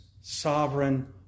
sovereign